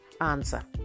answer